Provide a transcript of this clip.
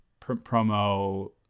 promo